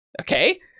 Okay